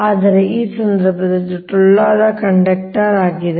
ಆದರೆ ಈ ಸಂದರ್ಭದಲ್ಲಿ ಇದು ಟೊಳ್ಳಾದ ಕಂಡಕ್ಟರ್ ಆಗಿದೆ